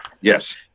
Yes